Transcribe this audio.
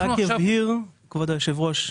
אני רק יבהיר כבוד היושב-ראש,